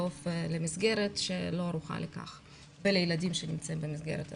למסגרת שלא ערוכה לכך ולילדים שנמצאים במסגרת הזאת.